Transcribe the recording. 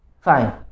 fine